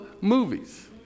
movies